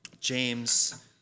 James